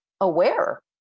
aware